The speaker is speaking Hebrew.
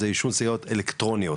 זה עישון סיגריות אלקטרוניות,